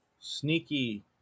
Sneaky